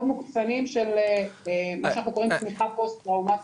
מוקצנים של מה שאנחנו רואים צמיחה פוסט-טראומטית.